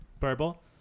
verbal